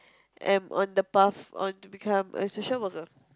am on the path on to become a social worker